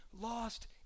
lost